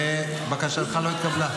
בקשתך לא התקבלה.